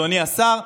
אדוני השר.